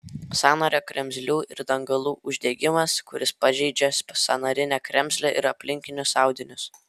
sąnario kremzlių ir dangalų uždegimas kuris pažeidžia sąnarinę kremzlę ir aplinkinius audinius